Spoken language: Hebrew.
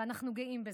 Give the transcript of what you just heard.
ואנחנו גאים בזה.